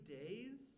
days